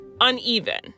uneven